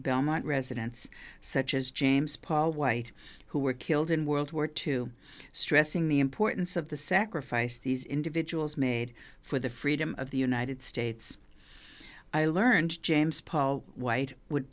belmont residents such as james paul white who were killed in world war two stressing the importance of the sacrifice these individuals made for the freedom of the united states i learned james paul white would